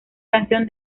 canción